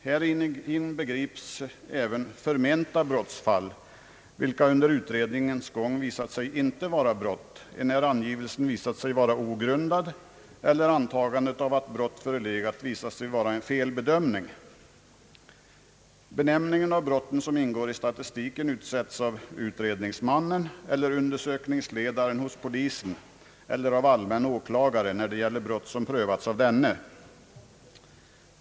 Här inbegrips också förmenta brottsfall, som under utredningens gång i själva verket visat sig inte vara brott, då angivelsen varit ogrundad eller antagandet att brott förelegat visat sig vara en felbedömning. Benämningen av de brott som ingår i statistiken utsätts av utredningsmannen eller undersökningsledaren hos polisen eller av allmän åklagare när det gäller brott som prövas av denne.